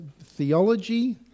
theology